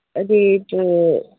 rate